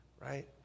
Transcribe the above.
right